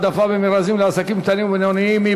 העדפה במכרזים לעסקים קטנים ובינוניים)?